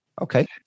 Okay